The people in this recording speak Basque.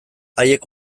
haiek